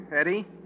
Eddie